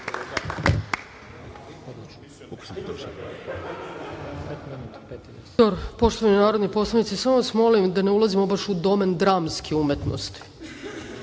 Poštovani narodni poslanici, samo vas molim da ne ulazimo baš u domen dramske umetnosti,